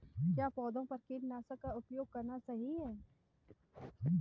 क्या पौधों पर कीटनाशक का उपयोग करना सही है?